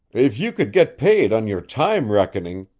if you could get paid on your time reckoning,